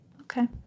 okay